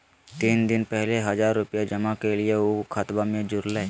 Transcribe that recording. तीन दिन पहले हजार रूपा जमा कैलिये, ऊ खतबा में जुरले?